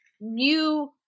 new